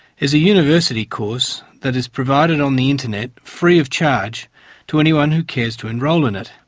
is a university course that is provided on the internet free-of-charge to anyone who cares to enrol in it.